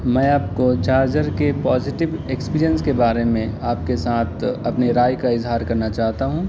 میں آپ کو چارجر کے پازیٹو ایکسپیرئنس کے بارے میں آپ کے ساتھ اپنے رائے کا اظہار کرنا چاہتا ہوں